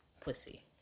pussy